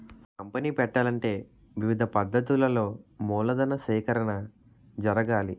company పెట్టాలంటే వివిధ పద్ధతులలో మూలధన సేకరణ జరగాలి